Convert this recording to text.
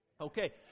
Okay